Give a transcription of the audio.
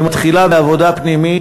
היא מתחילה בעבודה פנימית,